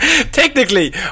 Technically